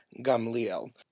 Gamliel